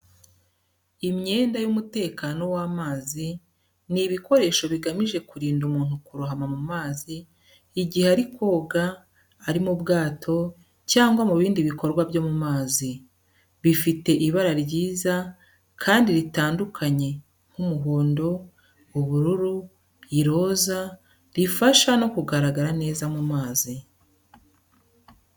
Imyenda y'umutekano w'amazi n'ibikoresho bigamije kurinda umuntu kurohama mu mazi igihe ari koga, ari mu bwato cyangwa mu bindi bikorwa byo mu mazi. Bifite ibara ryiza, kandi ritandukanye nk’umuhondo, ubururu, iroza rifasha no mu kugaragara neza mu mazi.